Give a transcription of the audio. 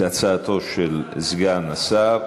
זה הצעתו של סגן השר.